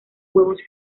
huevos